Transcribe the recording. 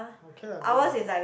okay lah good lah